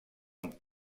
amb